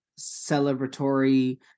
celebratory